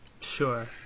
Sure